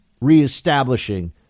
reestablishing